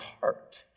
heart